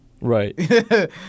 Right